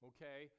Okay